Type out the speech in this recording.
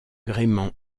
gréement